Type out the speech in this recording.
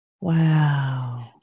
Wow